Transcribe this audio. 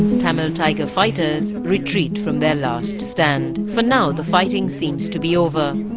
tamil tiger fighters retreat from their last stand. for now the fighting seems to be over.